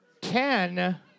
ten